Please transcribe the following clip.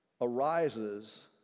arises